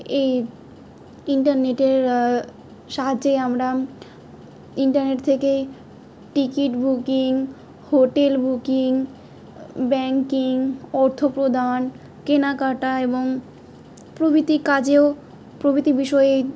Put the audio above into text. এই ইন্টারনেটের সাহায্যেই আমরা ইন্টারনেট থেকেই ticket booking hotel booking banking অর্থপদান কেনাকাটা এবং প্রভৃিতির কাজেও প্রভৃতি বিষয়ে